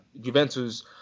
Juventus